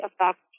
affect